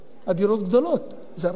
הדירות גדולות, זה הרבה כסף.